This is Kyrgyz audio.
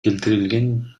келтирилген